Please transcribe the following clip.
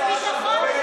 אבל הביטחון שלי,